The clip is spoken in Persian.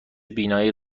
بینایی